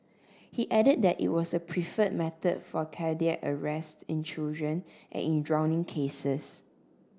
he added that it was the preferred method for cardiac arrest in children and in drowning cases